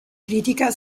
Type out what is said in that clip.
critica